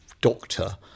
doctor